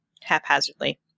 haphazardly